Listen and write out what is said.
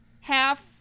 half